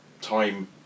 time